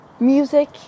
Music